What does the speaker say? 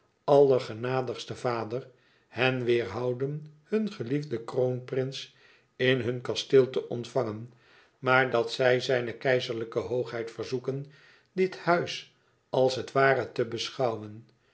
allergenadigsten vader hen weêrhouden hun geliefden kroonprins in hun kasteel te ontvangen maar dat zij zijne keizerlijke hoogheid verzoeken dit huis als het hare te beschouwen